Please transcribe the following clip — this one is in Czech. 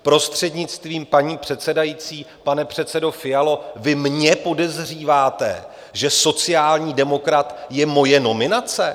Prostřednictvím paní předsedající, pane předsedo Fialo, vy mě podezříváte, že sociální demokrat je moje nominace?